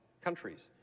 countries